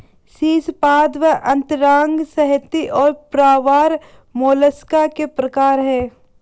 शीर्शपाद अंतरांग संहति और प्रावार मोलस्का के प्रकार है